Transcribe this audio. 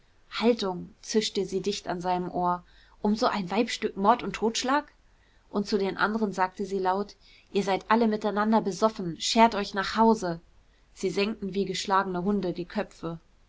haltung zischte sie dicht an seinem ohr um so ein weibsstück mord und totschlag und zu den andern sagte sie laut ihr seid alle miteinander besoffen schert euch nach hause sie senkten wie geschlagene hunde die köpfe